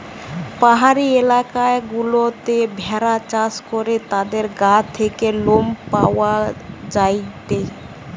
পাহাড়ি এলাকা গুলাতে ভেড়া চাষ করে তাদের গা থেকে লোম পাওয়া যায়টে